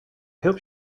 hope